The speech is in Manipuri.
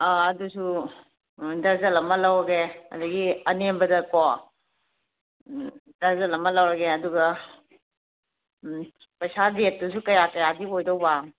ꯑ ꯑꯗꯨꯁꯨ ꯗꯔꯖꯜ ꯑꯃ ꯂꯧꯔꯒꯦ ꯑꯗꯒꯤ ꯑꯅꯦꯝꯕꯗꯀꯣ ꯗꯔꯖꯜ ꯑꯃ ꯂꯧꯔꯒꯦ ꯑꯗꯨꯒ ꯎꯝ ꯄꯩꯁꯥ ꯔꯦꯠꯇꯨꯁꯨ ꯀꯌꯥ ꯀꯌꯥꯗꯤ ꯑꯣꯏꯗꯧꯕ